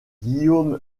guillaume